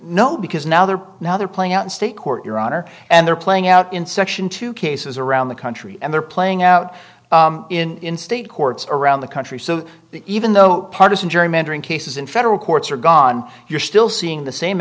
no because now they're now they're playing out in state court your honor and they're playing out in section two cases around the country and they're playing out in state courts around the country so even though partisan gerrymandering cases in federal courts are gone you're still seeing the same